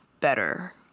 better